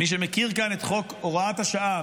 מי שמכיר כאן את חוק הוראת השעה,